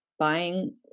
buying